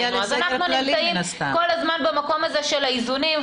אנחנו נמצאים כל הזמן במקום הזה של האיזונים,